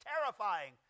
terrifying